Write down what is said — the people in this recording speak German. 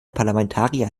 parlamentarier